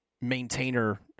maintainer